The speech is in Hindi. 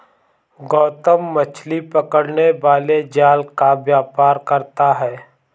गौतम मछली पकड़ने वाले जाल का व्यापार करता है